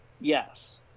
Yes